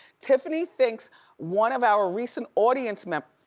tiffany thinks one of our recent audience mem,